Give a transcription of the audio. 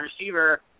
receiver